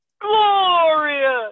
glorious